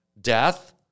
death